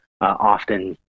often